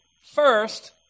First